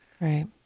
Right